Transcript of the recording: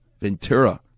Ventura